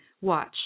watch